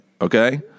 Okay